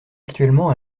actuellement